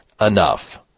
enough